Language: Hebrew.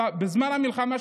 בזמן המלחמה,